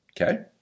okay